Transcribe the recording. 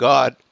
God